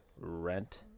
rent